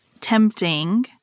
tempting